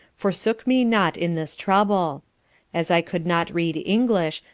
forsook me not in this trouble as i could not read english,